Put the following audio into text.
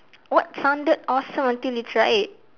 what sounded awesome until you try it